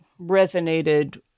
resonated